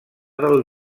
del